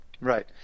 Right